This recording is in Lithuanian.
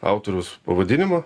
autoriaus pavadinimą